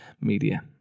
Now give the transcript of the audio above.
media